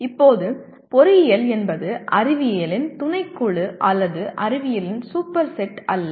இப்போது பொறியியல் என்பது அறிவியலின் துணைக்குழு அல்லது அறிவியலின் சூப்பர்செட் அல்ல